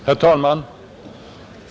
Herr talman!